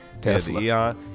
tesla